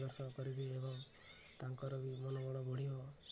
ଚାଷ କରିବି ଏବଂ ତାଙ୍କର ବି ମନୋବଳ ବଢ଼ିବ